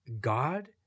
God